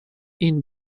این